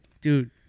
dude